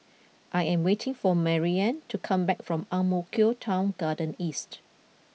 I am waiting for Maryanne to come back from Ang Mo Kio Town Garden East